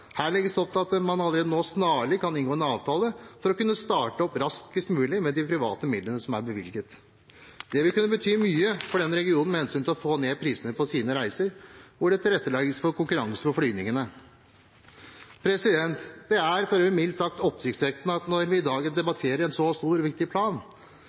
Her legges det opp til at man allerede snarlig kan inngå en avtale, for å kunne starte opp raskest mulig med de private midlene som er bevilget. Det vil kunne bety mye for denne regionen med hensyn til få ned prisene på reiser, når det tilrettelegges for konkurranse på flyvningene. Det er for øvrig mildt sagt oppsiktsvekkende når vi i dag debatterer en så stor og viktig plan,